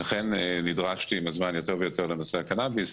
לכן נדרשתי עם הזמן יותר ויותר לנושא הקנאביס,